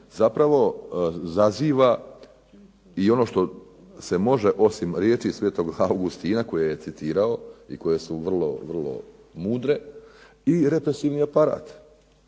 zapravo zaziva i ono što se može, osim riječi sv. Augustina koje je citirao, i koje su vrlo mudre, i represivni aparat.